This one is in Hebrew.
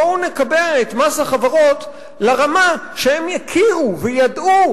בואו נקבע את מס החברות לרמה שהם הכירו וידעו